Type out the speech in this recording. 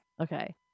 Okay